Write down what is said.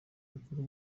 bakuru